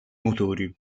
motori